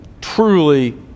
truly